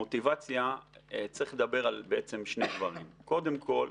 מוטיבציה צריך לדבר בעצם על שני דברים: קודם כול,